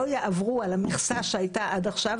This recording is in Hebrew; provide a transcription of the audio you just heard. יעברו על המכסה שהייתה עד עכשיו,